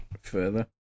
further